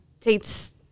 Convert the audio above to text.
takes